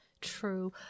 true